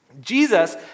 Jesus